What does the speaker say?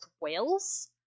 wales